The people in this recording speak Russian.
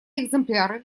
экземпляры